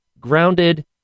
grounded